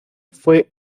fue